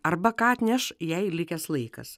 arba ką atneš jai likęs laikas